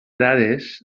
dades